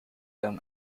them